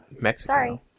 Mexico